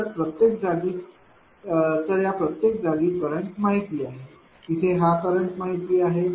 तर या प्रत्येक जागी करंट माहिती आहे इथे हा करंट माहिती आहे